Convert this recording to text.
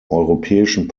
europäischen